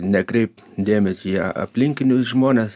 nekreipt dėmesio į aplinkinius žmones